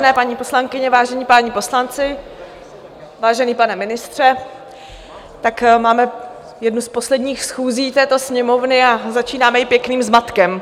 Vážené paní poslankyně, vážení páni poslanci, vážený pane ministře, tak máme jednu z posledních schůzí této Sněmovny a začínáme ji pěkným zmatkem.